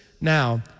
Now